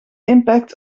impact